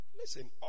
Listen